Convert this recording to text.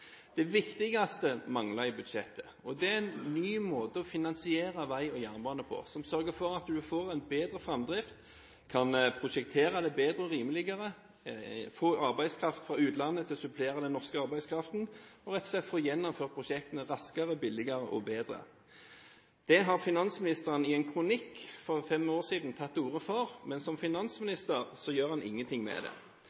Det viktigste mangler i budsjettet. Det er en ny måte å finansiere vei- og jernbane på som sørger for at man får bedre framdrift, kan prosjektere det bedre og rimeligere – få arbeidskraft fra utlandet til å supplere den norske arbeidskraften og rett og slett få gjennomført prosjektene raskere, billigere og bedre. Det har finansministeren i en kronikk for fem år siden tatt til orde for. Men som